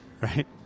right